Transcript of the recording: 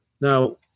Now